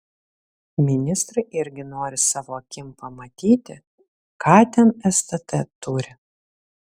ministrai irgi nori savo akim pamatyti ką ten stt turi